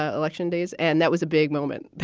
ah election days. and that was a big moment.